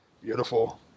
beautiful